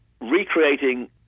recreating